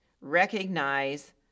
recognize